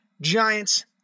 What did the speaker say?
Giants